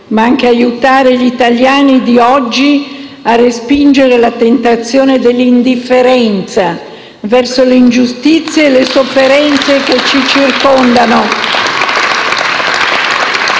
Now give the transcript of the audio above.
ma anche aiutare gli italiani di oggi a respingere la tentazione dell'indifferenza verso le ingiustizie e le sofferenze che ci circondano*.